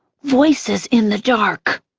voices in the dark